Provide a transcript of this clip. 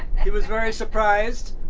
he was very surprised